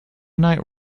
night